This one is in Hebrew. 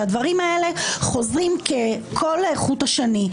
והדברים האלה חוזרים כחוט השני.